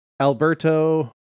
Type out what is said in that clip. Alberto